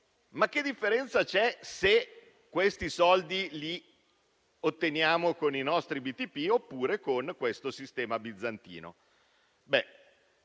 Che differenza c'è, se questi soldi li otteniamo con i nostri BTP oppure con questo sistema bizantino?